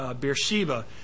Beersheba